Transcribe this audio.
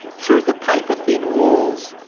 through the paper-thin walls,